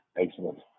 Excellent